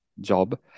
job